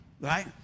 right